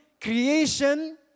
creation